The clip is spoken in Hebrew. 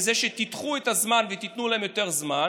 בזה שתדחו את הזמן ותיתנו להן יותר זמן